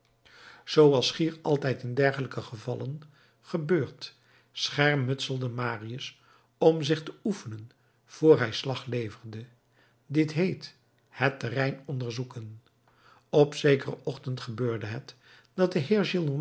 zooals schier altijd in dergelijke gevallen gebeurt schermutselde marius om zich te oefenen vr hij slag leverde dit heet het terrein onderzoeken op zekeren ochtend gebeurde het